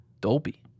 Dolby